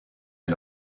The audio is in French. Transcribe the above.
est